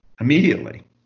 immediately